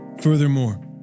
Furthermore